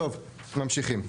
טוב, ממשיכים.